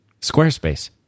Squarespace